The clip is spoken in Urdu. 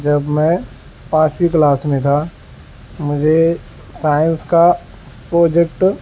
جب میں پانچویں کلاس میں تھا مجھے سائنس کا پروجیکٹ